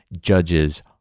judges